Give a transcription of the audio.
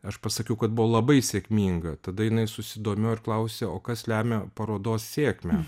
aš pasakiau kad buvo labai sėkminga tada jinai susidomėjo ir klausia o kas lemia parodos sėkmę